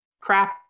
crap